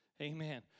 Amen